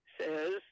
says